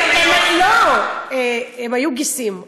הם היו גיסים.